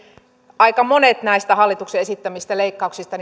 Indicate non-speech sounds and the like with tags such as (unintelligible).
aika monet näistä hallituksen esittämistä leikkauksista (unintelligible)